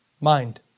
mind